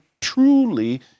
truly